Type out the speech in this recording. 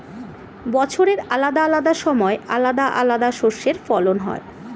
বছরের আলাদা আলাদা সময় আলাদা আলাদা শস্যের ফলন হয়